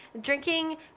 drinking